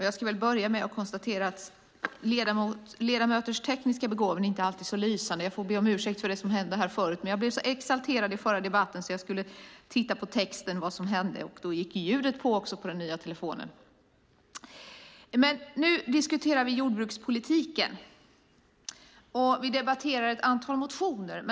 Fru talman! Vi debatterar nu ett antal motioner.